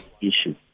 issue